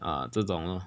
ah 这种 lor